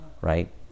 Right